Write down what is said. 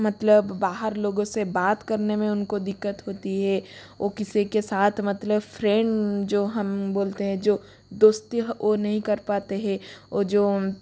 मतलब बाहर लोगों से बात करने में उनको दिक्कत होती है ओ किसी के साथ मतलब फ्रेंड जो हम बोलते हैं जो दोस्ती हो ओ नहीं कर पाते है ओ जो